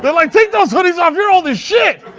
like, take those hoodies off. you're old as shit.